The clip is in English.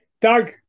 Doug